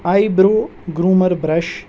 eyebrow groomer brush